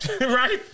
Right